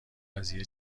قضیه